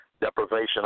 deprivation